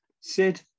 Sid